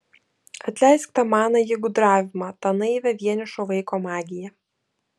atleisk tą manąjį gudravimą tą naivią vienišo vaiko magiją